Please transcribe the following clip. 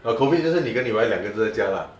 but COVID 你跟你 wife 两个人都在家 ah